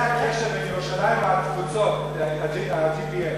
זה הקשר בין ירושלים והתפוצות, ה-GPS.